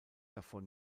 davon